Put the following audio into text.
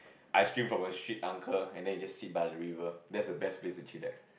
ice cream from a street uncle and then you just sit by the river that's the best place to chillax